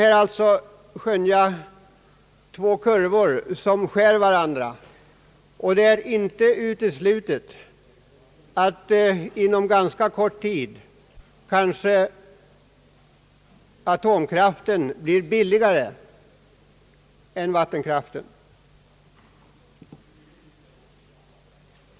Vi kan alltså skönja två kurvor som skär varandra, och det är inte uteslutet att atomkraften inom ganska kort tid blir billigare än vattenkraften.